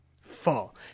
fall